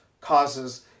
causes